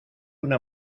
una